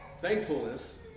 Thankfulness